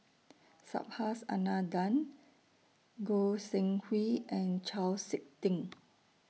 Subhas Anandan Goi Seng Hui and Chau Sik Ting